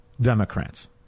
Democrats